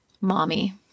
Mommy